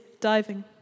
diving